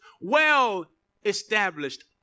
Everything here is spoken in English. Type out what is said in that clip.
well-established